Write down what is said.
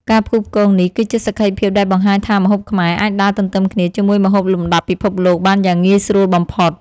ការផ្គូផ្គងនេះគឺជាសក្ខីភាពដែលបង្ហាញថាម្ហូបខ្មែរអាចដើរទន្ទឹមគ្នាជាមួយម្ហូបលំដាប់ពិភពលោកបានយ៉ាងងាយស្រួលបំផុត។